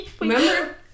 remember